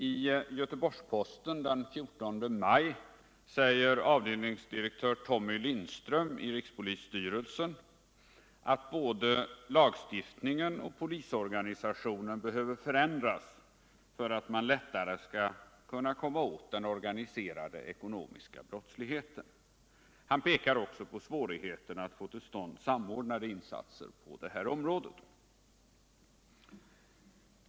I Göteborgs-Posten den 14 maj säger avdelningsdirektör Tommy Lindström i rikspolisstyrelsen att både lagen och polisorganisationen behöver ändras, för att man lättare skall kunna komma åt den organiserade ekonomiska brottsligheten. Han pekar också på svårigheterna att få till stånd samordnade insatser på detta område.